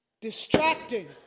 distracting